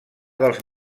dels